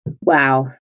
Wow